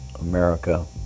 America